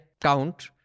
count